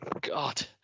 god